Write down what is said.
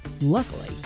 Luckily